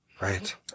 Right